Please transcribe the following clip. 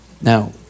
Now